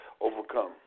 overcome